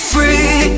Free